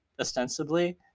ostensibly